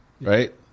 right